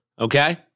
okay